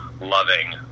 loving